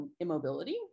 immobility